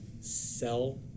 sell